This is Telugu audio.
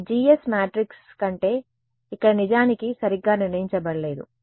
ఈ GS మ్యాట్రిక్స్ కంటే ఇక్కడ నిజానికి సరిగ్గా నిర్ణయించబడలేదు